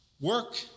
work